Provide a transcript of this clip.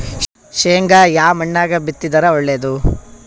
ಶೇಂಗಾ ಯಾ ಮಣ್ಣಾಗ ಬಿತ್ತಿದರ ಒಳ್ಳೇದು?